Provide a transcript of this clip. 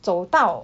走到